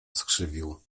skrzywił